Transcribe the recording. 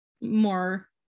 more